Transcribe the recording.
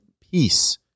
peace